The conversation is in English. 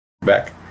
back